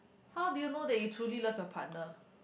how did you know that you truly love your partner